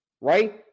right